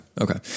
Okay